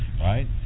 right